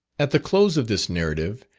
at the close of this narrative,